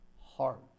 heart